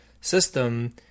system